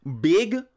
big